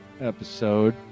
episode